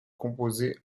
composés